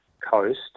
coast